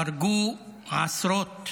הרגו עשרות